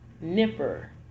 Nipper